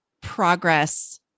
progress